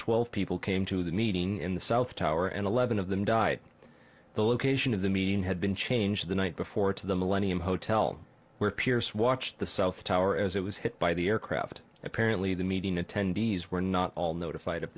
twelve people came to the meeting in the south tower and eleven of them died the location of the meeting had been changed the night before to the millennium hotel where pierce watched the south tower as it was hit by the aircraft apparently the meeting attendees were not all notified of